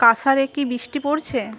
কাসারে কি বৃষ্টি পড়ছে